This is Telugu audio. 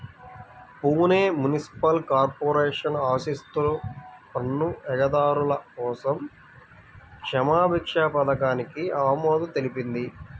పూణె మునిసిపల్ కార్పొరేషన్ ఆస్తిపన్ను ఎగవేతదారుల కోసం క్షమాభిక్ష పథకానికి ఆమోదం తెలిపింది